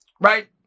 Right